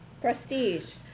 prestige